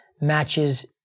matches